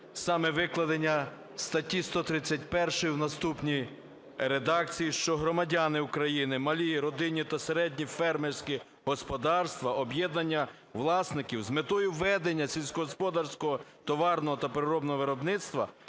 викладення статті 131 у наступній редакції, що: "Громадяни України, малі (родинні) та середні фермерські господарства – об’єднання власників з метою ведення сільськогосподарського товарного та переробного виробництва,